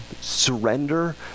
surrender